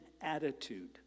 attitude